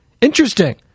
Interesting